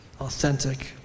authentic